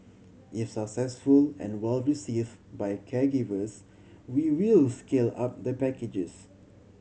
if successful and well received by caregivers we will scale up the packages